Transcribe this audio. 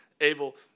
able